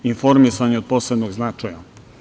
Informisanje, od posebnog značaja.